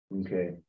okay